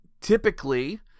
typically